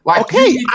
Okay